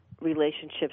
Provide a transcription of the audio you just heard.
relationships